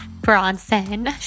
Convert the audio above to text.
Bronson